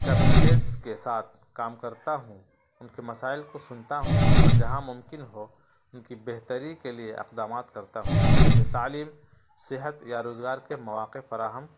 communities کے ساتھ کام کرتا ہوں ان کے مسائل کو سنتا ہوں اور جہاں ممکن ہو ان کی بہتری کے لیے اقدامات کرتا ہوں جیسے تعلیم صحت یا روزگار کے مواقع فراہم